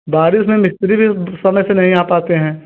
बारिश में मिस्त्री भी समय से नहीं आ पाते हैं